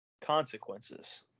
consequences